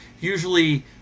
usually